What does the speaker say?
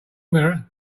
mirror